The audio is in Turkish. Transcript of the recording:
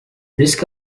risk